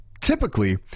typically